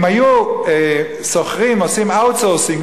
אם היו עושים outsourcing,